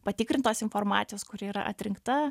patikrintos informacijos kuri yra atrinkta